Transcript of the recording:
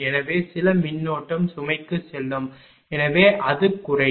எனவே சில மின்னோட்டம் சுமைக்குச் செல்லும் எனவே அது குறையும்